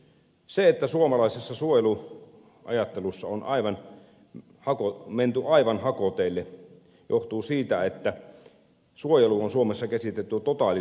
se että suomalaisessa suojeluajattelussa on menty aivan hakoteille johtuu siitä että suojelu on suomessa käsitetty totaalisuojeluksi